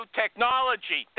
technology